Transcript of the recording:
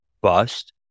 bust